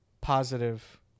positive